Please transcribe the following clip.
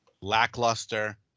lackluster